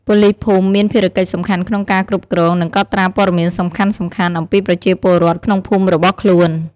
ប៉ូលីសភូមិមានភារកិច្ចសំខាន់ក្នុងការ គ្រប់គ្រង និងកត់ត្រាព័ត៌មានសំខាន់ៗ អំពីប្រជាពលរដ្ឋក្នុងភូមិរបស់ខ្លួន។